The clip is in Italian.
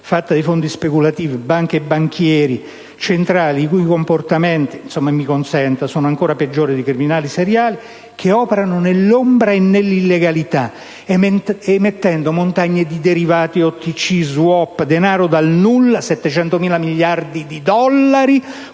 fatta di fondi speculativi, banche e banchieri centrali i cui comportamenti - mi consenta - sono ancora peggiori dei criminali seriali che operano nell'ombra e nell'illegalità, emettendo montagne di derivati, OTC, SWAP, denaro dal nulla, pari a 700.000 miliardi di dollari